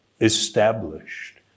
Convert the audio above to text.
established